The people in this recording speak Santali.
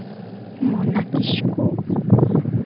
ᱢᱚᱱᱟ ᱠᱤᱥᱠᱩ